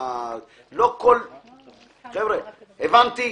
חבר'ה הבנתי,